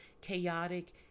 chaotic